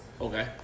Okay